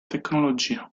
tecnologia